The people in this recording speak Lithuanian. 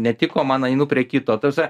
netiko man einu prie kito ta prasme